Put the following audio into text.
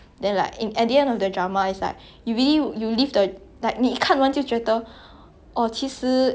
不是 like 也是 like how to say like similar to in real life 不是每个人都是 like 特地坏的 lor